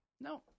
No